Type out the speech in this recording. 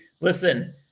Listen